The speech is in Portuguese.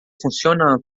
funciona